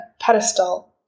pedestal